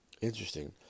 interesting